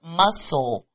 muscle